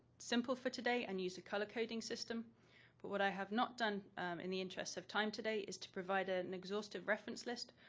simple for today and use a color-coding system but what i have not done in the interest of time today is to provide ah an exhaustive reference list.